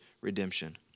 redemption